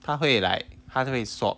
他会 like 他会 swap